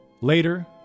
Later